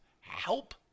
help